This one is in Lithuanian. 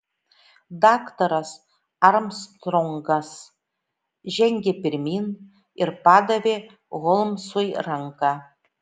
daktaras armstrongas žengė pirmyn ir padavė holmsui ranką